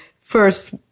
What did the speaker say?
first